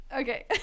okay